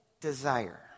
desire